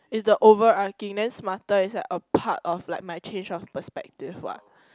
is the overarching then smarter is like a part of like my change of perspective what